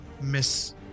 Miss